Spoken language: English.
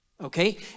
Okay